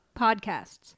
podcasts